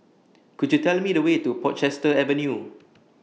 Could YOU Tell Me The Way to Portchester Avenue